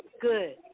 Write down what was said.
Good